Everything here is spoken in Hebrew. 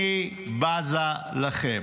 אני בזה לכם.